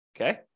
Okay